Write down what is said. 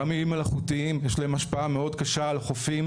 גם איים מלאכותיים יש להם השפעה מאוד קשה על החופים.